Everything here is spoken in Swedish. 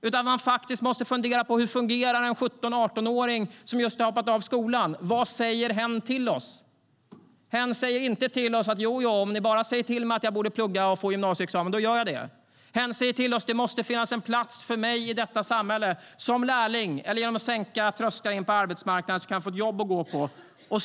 Man måste faktiskt fundera på hur en 17-18-åring som just har hoppat av skolan fungerar. Vad säger hen till oss? Hen säger inte: Jo, om ni bara säger till mig att jag borde plugga för att få en gymnasieexamen gör jag det. Hen säger till oss: Det måste finnas en plats för mig i detta samhälle som lärling eller genom att man sänker trösklarna in till arbetsmarknaden, så att jag kan få ett jobb att gå till.